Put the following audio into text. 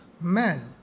man